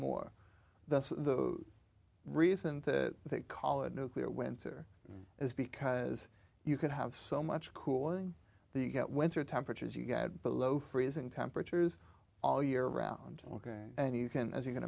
more that's the reason they call it nuclear winter is because you could have so much cooling you get went through temperatures you get below freezing temperatures all year round ok and you can as you can